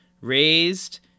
Raised